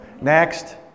Next